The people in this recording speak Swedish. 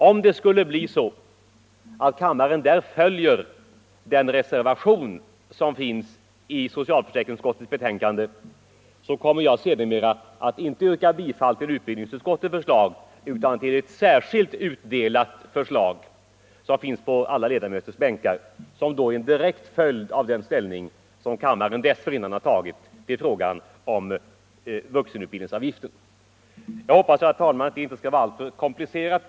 Om kammaren följer reservationen på denna punkt i socialförsäkringsutskottets betänkande kommer jag sedermera inte att yrka bifall till utbildningsutskottets förslag utan till ett särskilt förslag som utdelats till alla ledamöter. Detta förslag är en direkt följd av den ställning som kammaren i det fallet Nr 83 dessförinnan tagit till frågan om vuxenutbildningsavgiften. Tisdagen den Jag hoppas, herr talman, att detta inte skall bli alltför komplicerat.